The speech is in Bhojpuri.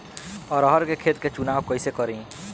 अरहर के खेत के चुनाव कईसे करी?